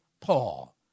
Paul